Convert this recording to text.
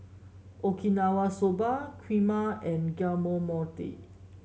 Okinawa Soba Kheema and